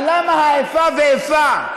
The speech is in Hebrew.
אבל למה האיפה ואיפה,